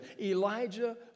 Elijah